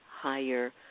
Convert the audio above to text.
higher